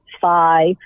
five